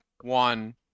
one